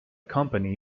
company